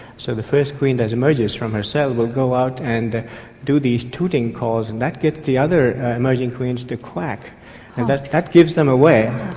so the first queen that emerges from her cell will go out and do these tooting calls and that gets the other emerging queens to quack and that that gives them away,